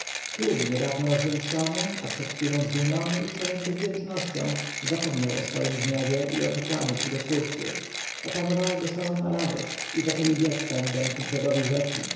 tłum niedawno rozjątrzony a przed chwilą zdumiony i przejęty wdzięcznością zapomniał o swoim gniewie i o kapłanie cudotwórcy opanowała go szalona radość i zaczęli biec pędem ku brzegowi